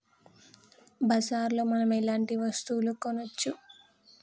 బజార్ లో మనం ఎలాంటి వస్తువులు కొనచ్చు?